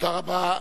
תודה רבה.